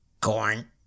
corn